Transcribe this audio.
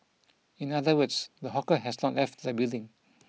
in other words the hawker has not left the building